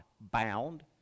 bound